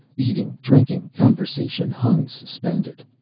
eating, drinking, conversation hung suspended.